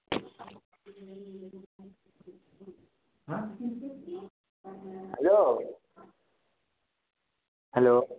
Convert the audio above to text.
hello hello